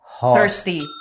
thirsty